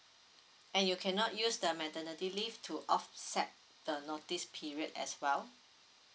and you cannot use the maternity leave to offset the notice period as well